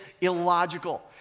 illogical